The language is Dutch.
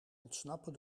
ontsnappen